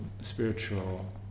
spiritual